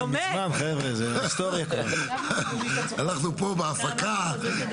אנחנו פה בהפקה